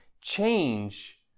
change